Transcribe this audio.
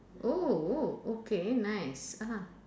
oh oh okay nice (uh huh)